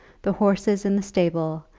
the horses in the stable,